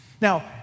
Now